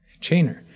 Chainer